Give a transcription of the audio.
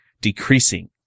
decreasing